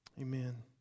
Amen